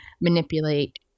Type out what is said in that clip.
manipulate